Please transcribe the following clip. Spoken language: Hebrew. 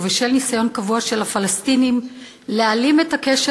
ובשל ניסיון קבוע של הפלסטינים להעלים את הקשר